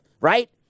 Right